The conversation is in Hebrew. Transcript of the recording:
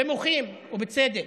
ומוחים, ובצדק.